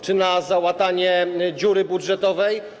Czy na załatanie dziury budżetowej?